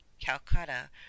Calcutta